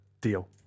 deal